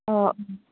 अ